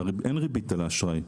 אין ריבית על האשראי.